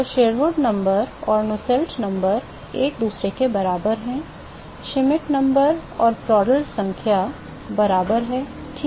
तो शेरवुड संख्या और नुसेल्ट संख्या एक दूसरे के बराबर हैं श्मिट संख्या और प्रांड्ल संख्या बराबर हैं ठीक है